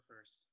first